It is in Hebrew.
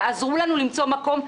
תעזרו לנו למצוא להם מקום.